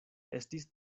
estis